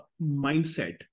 mindset